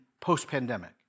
post-pandemic